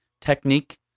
technique